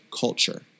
culture